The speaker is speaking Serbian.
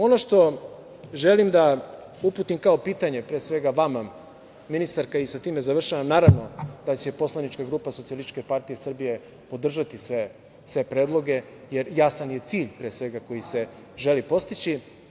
Ono što želim da uputim kao pitanje, pre svega vama, ministarka, i sa time završavam, naravno da će poslanička grupa SPS podržati sve predloge, jer jasan je cilj pre svega koji se želi postići.